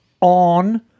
on